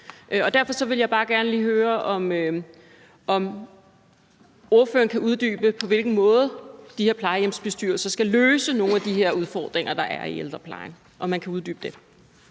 Derfor vil jeg bare gerne lige høre, om ordføreren kan uddybe, på hvilken måde de her plejehjemsbestyrelser skal løse nogle af de her udfordringer, der er i ældreplejen.